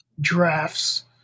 drafts